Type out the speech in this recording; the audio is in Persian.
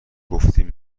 گفتین